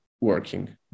working